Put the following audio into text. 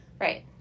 Right